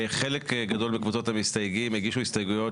חלק גדול מקבוצות המסתייגים הגישו הסתייגויות